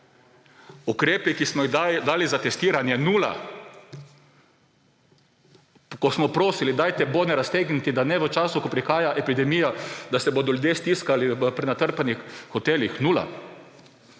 Ukrepi, ki smo jih dali za testiranje, nula. Ko smo prosili – dajte bone raztegniti, da v času, ko prihaja epidemija, se ne bodo ljudje stiskali v prenatrpanih hotelih, nula.